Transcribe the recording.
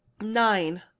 nine